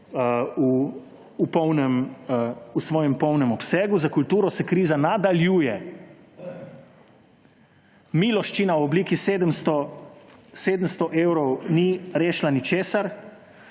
v svojem polnem obsegu. Za kulturo se kriza nadaljuje. Miloščina v obliki 700 evrov ni rešila ničesar,